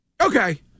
Okay